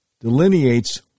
Delineates